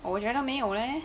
orh ya lor 没有 leh